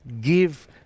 give